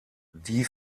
die